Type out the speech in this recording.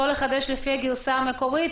לא לחדש לפי הגרסה המקורית,